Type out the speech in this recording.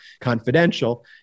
confidential